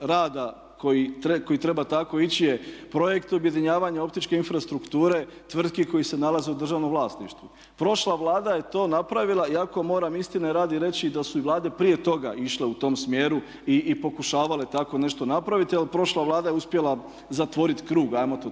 rada koji treba tako ići je projekt objedinjavanja optičke infrastrukture tvrtki koje se nalaze u državnom vlasništvu. Prošla Vlada je to napravila iako moram istine radi reći da su i vlade prije toga išle u tom smjeru i pokušavale tako nešto napraviti ali prošla Vlada je uspjela zatvoriti krug ajmo to tako